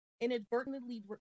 inadvertently